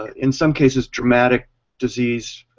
in some cases dramatic disease,